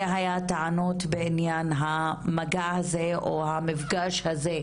זה היה הטענות בעניין המגע הזה, או המפגש הזה,